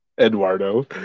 Eduardo